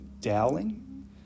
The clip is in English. Dowling